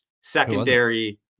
Secondary